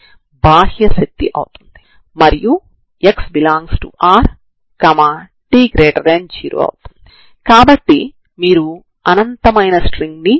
తర్వాత వీడియోలో మనం టూ డైమెన్షన్ లో ఉన్న తరంగ సమీకరణం అంటే ఏమిటో చూస్తాము